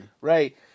right